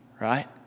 Right